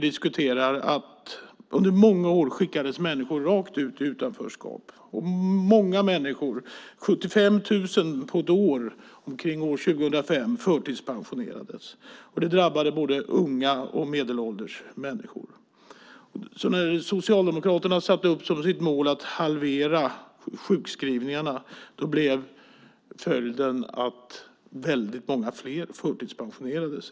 Under många år skickades människor i utanförskap. Många människor förtidspensionerades - 75 000 per år omkring år 2005. Det drabbade både unga och medelålders. När Socialdemokraterna satte upp målet att halvera sjukskrivningarna blev följden att många fler förtidspensionerades.